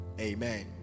amen